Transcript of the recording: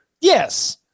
Yes